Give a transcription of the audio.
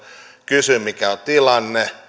kysyin mikä on tilanne